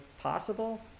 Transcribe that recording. possible